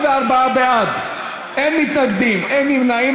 44 בעד, אין מתנגדים, אין נמנעים.